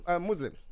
Muslim